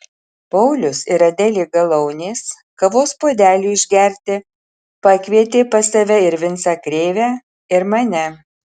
paulius ir adelė galaunės kavos puodeliui išgerti pakvietė pas save ir vincą krėvę ir mane